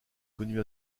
connu